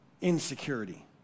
insecurity